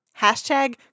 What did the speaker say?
Hashtag